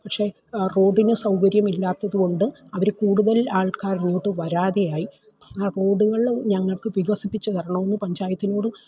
പക്ഷെ റോഡിന് സൗകര്യമില്ലാത്തത് കൊണ്ട് അവര് കൂടുതൽ ആൾക്കാർ ഇങ്ങോട്ട് വരാതെയായി ആ റോഡുകള് ഞങ്ങൾക്ക് വികസിപ്പിച്ച് തരണമെന്ന് പഞ്ചായത്തിനോട്